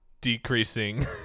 decreasing